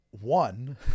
One